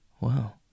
Wow